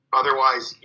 otherwise